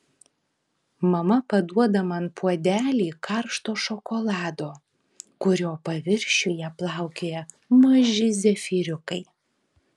mama paduoda man puodelį karšto šokolado kurio paviršiuje plaukioja maži zefyriukai